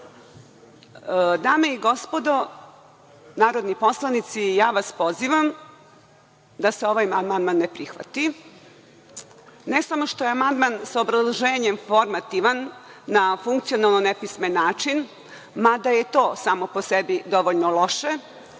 Dame i gospodo, narodni poslanici, ja vas pozivam da se ovaj amandman ne prihvati. Ne samo što je amandman sa obrazloženjem formativan na funkcionalno nepismen način, mada je i to samo po sebi dovoljno loše,